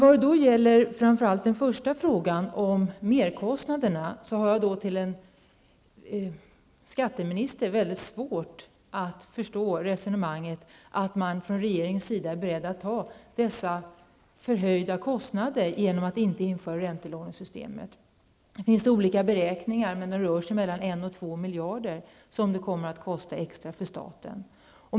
Vad gäller framför allt den första delfrågan om merkostnaderna har jag, med tanke på att det handlar om en skatteminister, väldigt svårt att förstå resonemanget att man från regeringens sida är beredd att acceptera förhöjda kostnader -- som man ju gör genom att inte införa räntelånesystemet. Det finns olika beräkningar i detta avseende. Det rör sig om 1--2 miljarder kronor i extra kostnader för staten.